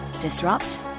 Disrupt